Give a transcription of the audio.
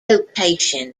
location